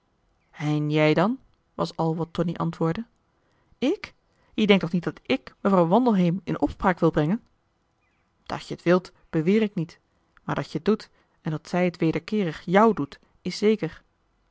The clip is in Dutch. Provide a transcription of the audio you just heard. en jij dan was al wat tonie antwoordde ik je denkt toch niet dat ik mevrouw wandelheem in opspraak wil brengen dat je t wilt beweer ik niet maar dat je t doet en dat zij het wederkeerig jou doet is zeker